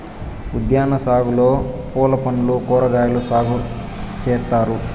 ఉద్యాన సాగులో పూలు పండ్లు కూరగాయలు సాగు చేత్తారు